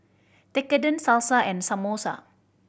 Tekkadon Salsa and Samosa